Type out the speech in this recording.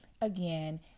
again